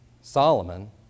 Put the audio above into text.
Solomon